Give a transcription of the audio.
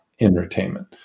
entertainment